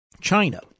China